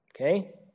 Okay